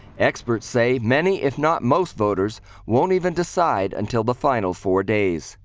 experts say many, if not most voters won't even decide until the final four days.